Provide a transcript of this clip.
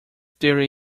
there